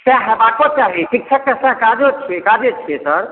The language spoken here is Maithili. सहए होयबाको चाही शिक्षकके सहए काजो छियै काजे छियै सर